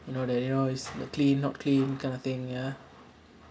you know that you know it's the clean not clean kind of thing ya